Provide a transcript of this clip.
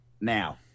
now